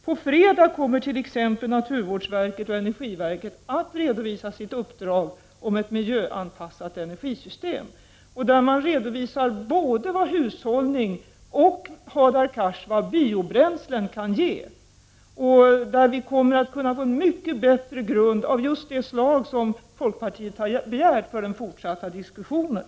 På fredag kommer t.ex. naturvårdsverket och energiverket att redovisa sitt uppdrag om ett miljöanpassat energisystem. De skall redovisa både vad hushållning och - Hadar Cars — vad biobränslen kan ge. Då kommer vi att få en bättre grund av det slag som folkpartiet har begärt för den fortsatta diskussionen.